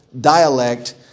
dialect